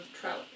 trout